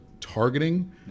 targeting